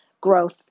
growth